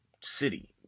city